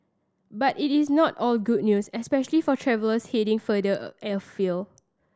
but it is not all good news especially for travellers heading farther afield